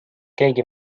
keegi